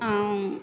ऐं